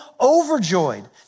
overjoyed